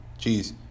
jeez